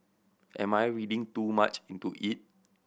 am I reading too much into it